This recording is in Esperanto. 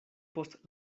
post